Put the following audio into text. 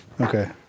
Okay